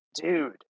dude